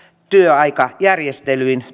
työaikajärjestelyin